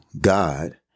God